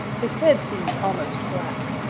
his head seemed almost black.